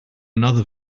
another